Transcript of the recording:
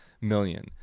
million